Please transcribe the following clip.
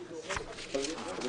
בהתחלה.